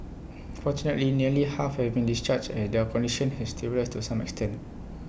fortunately nearly half have been discharged as their condition has stabilised to some extent